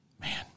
Man